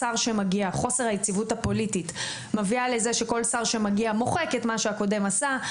חוסר היציבות הפוליטית מביאה לזה שכל שר שמגיע מוחק את מה שהקודם עשה,